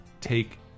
take